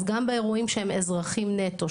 אז גם באירועים שהם אזרחים נטו,